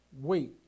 Wait